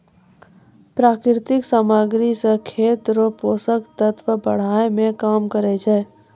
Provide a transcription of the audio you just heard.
प्राकृतिक समाग्री से खेत रो पोसक तत्व बड़ाय मे काम करै छै